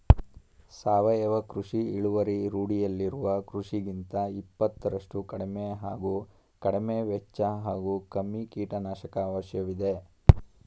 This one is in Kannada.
ಸಾವಯವ ಕೃಷಿ ಇಳುವರಿ ರೂಢಿಯಲ್ಲಿರುವ ಕೃಷಿಗಿಂತ ಇಪ್ಪತ್ತರಷ್ಟು ಕಡಿಮೆ ಹಾಗೂ ಕಡಿಮೆವೆಚ್ಚ ಹಾಗೂ ಕಮ್ಮಿ ಕೀಟನಾಶಕ ಅವಶ್ಯವಿದೆ